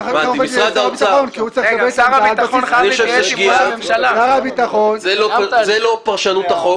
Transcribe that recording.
כי שר הביטחון צריך לקבל את העמדה על בסיס --- זו לא פרשנות החוק.